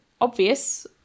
obvious